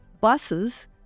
buses